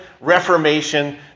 reformation